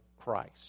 Christ